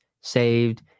saved